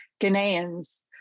Ghanaians